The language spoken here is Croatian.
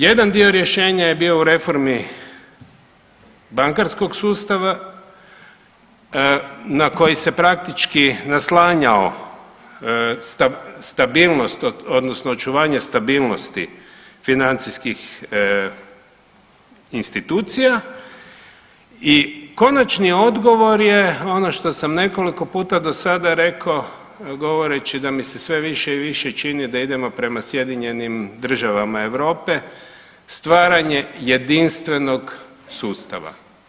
Jedan dio rješenja je bio u reformi bankarskog sustava na koji se praktički naslanjao stabilnost, odnosno očuvanje stabilnosti financijskih institucija i konačni odgovor je ono što sam nekoliko puta do sada rekao govoreći da mi se sve više i više čini da idemo prema sjedinjenim državama Europe stvaranje jedinstvenog sustava.